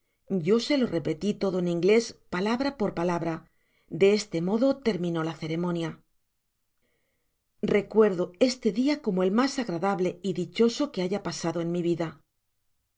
yo se lo repeti todo en inglés palabra por palabra de este modo terminó la ceremonia recuerdo este dia como el mas agradable y dichoso que haya pasado en mi vida